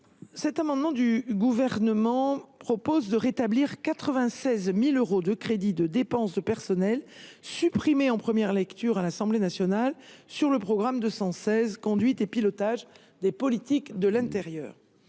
cet amendement, de rétablir les 96 000 euros de crédits de dépenses de personnel supprimés en première lecture à l’Assemblée nationale sur le programme 216 « Conduite et pilotage des politiques de l’intérieur